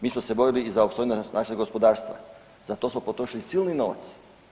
Mi smo se borili i za opstojnost našeg gospodarstva, za to smo potrošili silni novac.